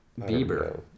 Bieber